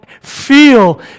Feel